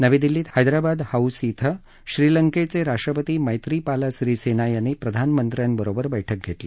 नवी दिल्लीत हक्क्रमाद हाऊस ध्वें श्रीलंकेचे राष्ट्रपती मक्रिमाला सिरीसेना यांनी प्रधानमंत्र्यांबरोबर बरक्र घेतली